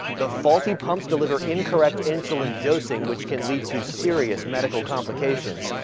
the faulty pumps deliver incorrect insulin dosing which can lead to serious medical complications.